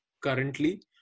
currently